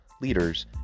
leaders